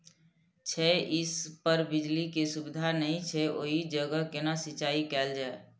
छै इस पर बिजली के सुविधा नहिं छै ओहि जगह केना सिंचाई कायल जाय?